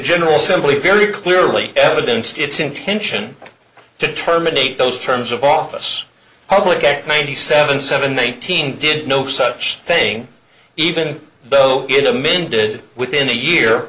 general assembly very clearly evidenced its intention to terminate those terms of office public at ninety seven seven one thousand did no such thing even though it amended within a year